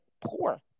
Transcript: poor